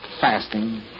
fasting